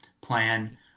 plan